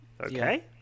Okay